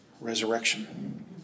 resurrection